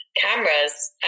cameras